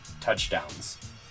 touchdowns